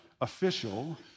official